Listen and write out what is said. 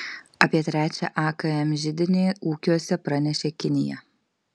apie trečią akm židinį ūkiuose pranešė kinija